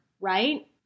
right